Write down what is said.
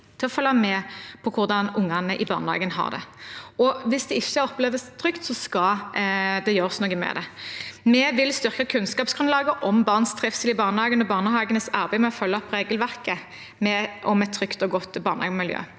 til å følge med på hvordan ungene i barne hagen har det. Hvis det ikke oppleves trygt, skal det gjøres noe med. Vi vil styrke kunnskapsgrunnlaget om barns trivsel i barnehagen og barnehagenes arbeid med å følge opp regelverket om et trygt og godt barnehagemiljø.